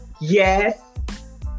Yes